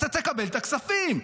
אתה תקבל את הכספים,